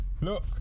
Look